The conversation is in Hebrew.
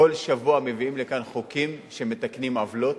כל שבוע מביאים לכאן חוקים שמתקנים עוולות,